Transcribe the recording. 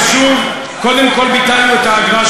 קודם כול ביטלנו את האגרה,